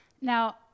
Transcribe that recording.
Now